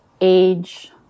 age